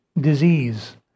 disease